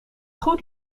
goed